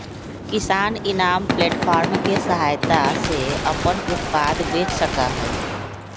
किसान eNAM platform के सहायता से अपन उत्पाद बेच सका हई